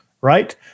right